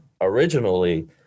originally